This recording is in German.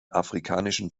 afrikanischen